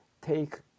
take